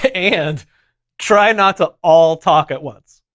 ah and try not to all talk at once.